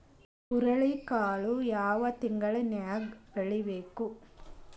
ಹುರುಳಿಕಾಳು ಯಾವ ತಿಂಗಳು ನ್ಯಾಗ್ ಬೆಳಿಬೇಕು?